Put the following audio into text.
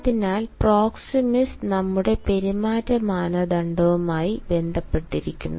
അതിനാൽ പ്രോക്സെമിക്സ് നമ്മുടെ പെരുമാറ്റ മാനദണ്ഡവുമായി ബന്ധപ്പെട്ടിരിക്കുന്നു